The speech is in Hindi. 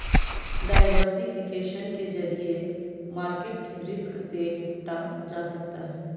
डायवर्सिफिकेशन के जरिए मार्केट रिस्क से निपटा जा सकता है